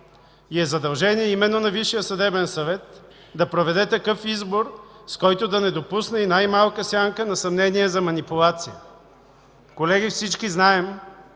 И е задължение именно на Висшия съдебен съвет да проведе такъв избор, с който да не допусне и най малка сянка на съмнение за манипулация. Колеги, всички знаем,